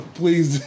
please